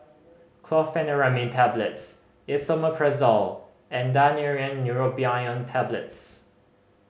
Chlorpheniramine Tablets Esomeprazole and Daneuron Neurobion Tablets